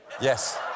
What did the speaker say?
Yes